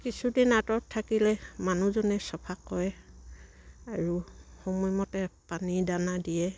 কিছুদিন আঁতৰত থাকিলে মানুহজনে চফা কৰে আৰু সময়মতে পানী দানা দিয়ে